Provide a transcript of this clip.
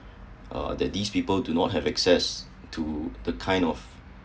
uh that these people do not have access to the kind of